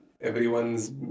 Everyone's